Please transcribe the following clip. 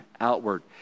outward